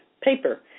paper